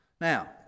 Now